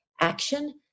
action